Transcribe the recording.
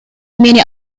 mini